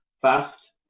fast